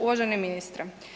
Uvaženi ministre.